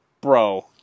bro